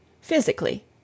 Physically